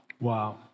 Wow